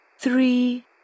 three